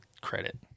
credit